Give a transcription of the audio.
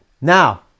now